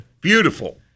Beautiful